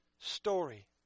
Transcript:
story